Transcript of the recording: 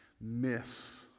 miss